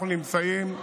אנחנו נמצאים,